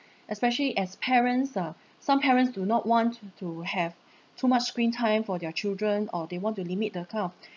especially as parents uh some parents do not want to to have too much screen time for their children or they want to limit the kind of